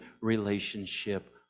relationship